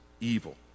evil